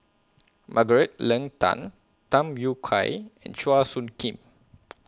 Margaret Leng Tan Tham Yui Kai and Chua Soo Khim